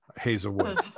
Hazelwood